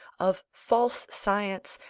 of false science,